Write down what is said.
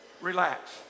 Relax